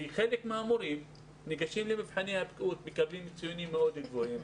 כי חלק מהמורים ניגשים למבחני הבקיאות ומקבלים ציונים מאוד גבוהים,